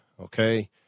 Okay